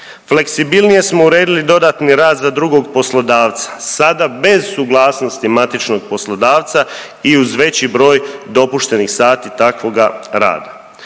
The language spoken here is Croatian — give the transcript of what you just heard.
Fleksibilnije smo uredili dodatni rad za drugo poslodavca, sada bez suglasnosti matičnog poslodavca i uz veći broj dopuštenih sati takvoga rada.